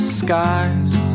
skies